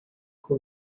who